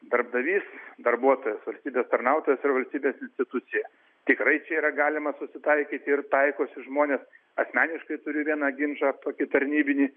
darbdavys darbuotojas valstybės tarnautojas ir valstybės institucija tikrai čia yra galima susitaikyti ir taikosi žmonės asmeniškai turiu vieną ginčą tokį tarnybinį